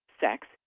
sex